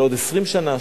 של עוד 20 שנה,